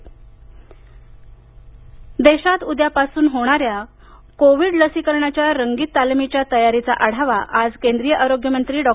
Covid dry run देशात उद्यापासून होणाऱ्या कोविड लसीकरणाच्या रंगीत तालमीच्या तयारीचा आढावा आज केंद्रीय आरोग्य मंत्री डॉ